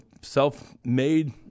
self-made